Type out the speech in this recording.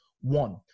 One